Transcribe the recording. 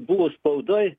buvo spaudoj